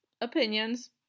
opinions